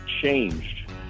changed